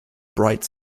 bright